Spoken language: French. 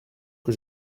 que